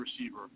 receiver